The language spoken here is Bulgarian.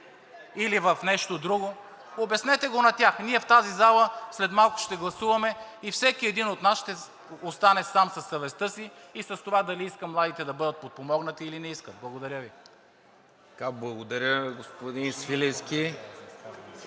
или в нещо друго. Обяснете го на тях. Ние в тази зала след малко ще гласуваме и всеки един от нас ще остане сам със съвестта си и с това дали иска младите да бъдат подпомогнати, или не иска. Благодаря Ви. ПРЕДСЕДАТЕЛ